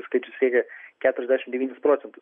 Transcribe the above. skaičius siekia keturiasdešimt devynis procentus